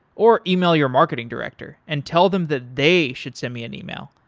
or email your marketing director and tell them that they should send me an email,